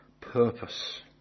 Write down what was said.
purpose